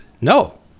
no